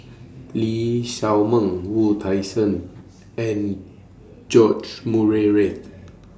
Lee Shao Meng Wu Tsai Yen and George Murray Reith